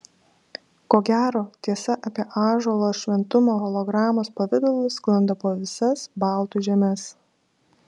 ko gero tiesa apie ąžuolo šventumą hologramos pavidalu sklando po visas baltų žemes